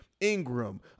Ingram